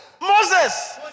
Moses